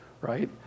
right